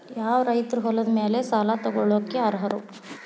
ಯಾವ ರೈತರು ಹೊಲದ ಮೇಲೆ ಸಾಲ ತಗೊಳ್ಳೋಕೆ ಅರ್ಹರು?